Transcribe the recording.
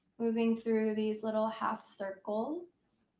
moving through these little half circles.